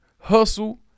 hustle